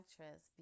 actress